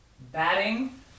batting